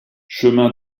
chemin